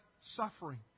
suffering